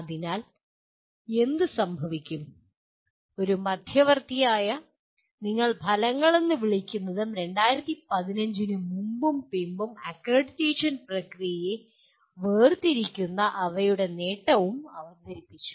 അതിനാൽ എന്ത് സംഭവിക്കും ഒരു മദ്ധ്യവർത്തിയായ നിങ്ങൾ ഫലങ്ങൾ എന്ന് വിളിക്കുന്നതും 2015 ന് മുമ്പും പിമ്പും അക്രഡിറ്റേഷൻ പ്രക്രിയയെ വേർതിരിക്കുന്ന അവയുടെ നേട്ടവും അവതരിപ്പിച്ചു